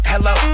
Hello